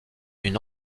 une